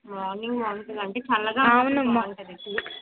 morning ఒంటిగంటకి చల్లగా అవును మొ బాగుంటుంది